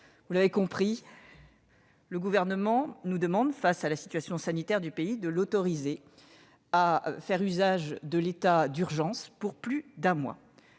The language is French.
mes chers collègues, le Gouvernement nous demande, face à la situation sanitaire du pays, de l'autoriser à faire usage de l'état d'urgence pour une durée